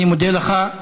אני מודה לך.